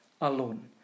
alone